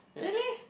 really